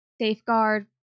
safeguard